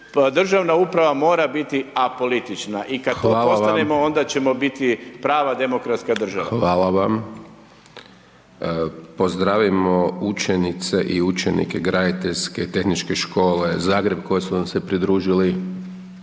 Državna uprava mora biti apolitična i kada to postanemo, onda ćemo biti prava demokratska država. **Hajdaš Dončić, Siniša (SDP)** Hvala vam. Pozdravimo učenice i učenike Graditeljske tehničke škole Zagreb koji su nam se pridružili